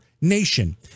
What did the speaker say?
nation